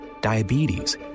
diabetes